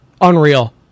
unreal